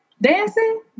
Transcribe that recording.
dancing